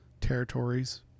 territories